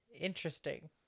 interesting